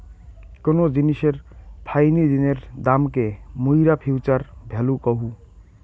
কোন জিনিসের ফাইনি দিনের দামকে মুইরা ফিউচার ভ্যালু কহু